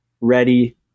ready